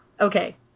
Okay